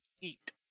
eat